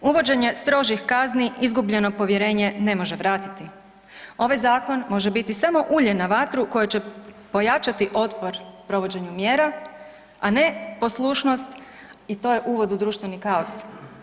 Uvođenje strožih kazni izgubljeno povjerenje ne može vratiti, ovaj zakon može biti samo ulje na vatru koje će pojačati otpor provođenju mjera, a ne poslušnost i to je uvod u društveni kaos.